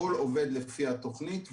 הכול עובד לפי התוכנית.